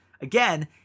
again